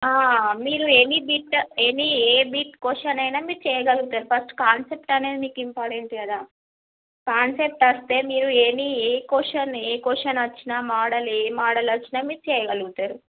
మీరు any bit any a bit question అయినా మీరు చెయ్యగలుగుతారు ఫస్ట్ కాన్సెప్ట్ అనేది మీకు ఇంపార్టెంట్ కదా కాన్సెప్ట్ వస్తే మీరు any a question a question వచ్చినా మోడల్ ఏ మోడల్ వచ్చినా మీరు చెయ్యగలుగుతారు